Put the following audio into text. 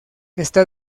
esta